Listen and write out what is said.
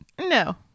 No